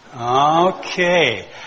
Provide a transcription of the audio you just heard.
Okay